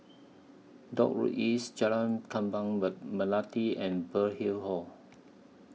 Dock Road East Jalan Kembang Me Melati and Burkill Hall